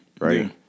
right